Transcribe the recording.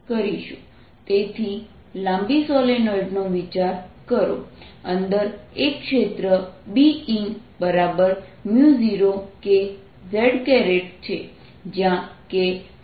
તેથી લાંબી સોલેનોઇડનો વિચાર કરો અંદર એક ક્ષેત્ર Bin0kz છે જ્યાં k સરફેસ પ્રવાહ છે